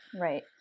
Right